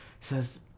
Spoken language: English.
says